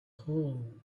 hole